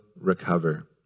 recover